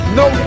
no